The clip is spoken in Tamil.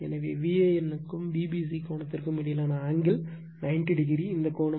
எனவே VAN க்கும் Vbc கோணத்திற்கும் இடையிலான ஆங்கிள் 90o இந்த கோணம்